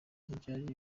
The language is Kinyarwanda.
ryari